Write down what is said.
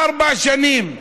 ארבע שנים.